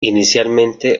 inicialmente